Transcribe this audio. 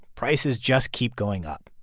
prices just keep going up.